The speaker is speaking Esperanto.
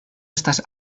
estas